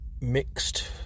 mixed